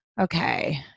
Okay